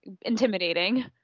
intimidating